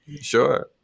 Sure